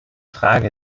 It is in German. frage